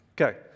Okay